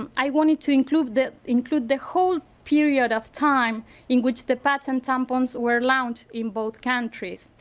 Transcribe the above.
um i wanted to include the include the whole period of time in which the pads and tampons where launched in both countries.